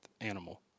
animal